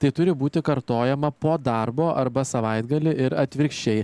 tai turi būti kartojama po darbo arba savaitgalį ir atvirkščiai